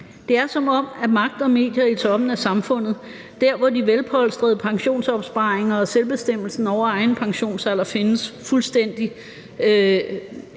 Det er, som om magt og medier i toppen af samfundet, der, hvor de velpolstrede pensionsopsparinger og selvbestemmelsen over egen pensionsalder findes, fuldstændig